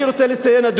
אני רוצה לציין,